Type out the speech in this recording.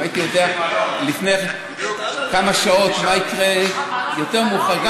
אם הייתי יודע לפני כמה שעות מה יקרה יותר מאוחר,